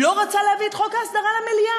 לא רצה להביא את חוק ההסדרה למליאה.